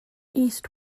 east